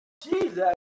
Jesus